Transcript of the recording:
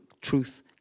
truth